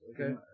okay